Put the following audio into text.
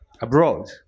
abroad